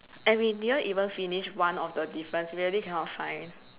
and we didn't even finish one of the difference really cannot find